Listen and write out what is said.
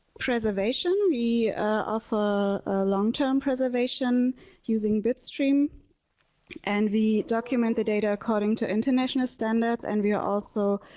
preservation we offer long term preservation using bitstream and we document the data according to international standards and we are also